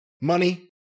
Money